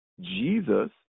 Jesus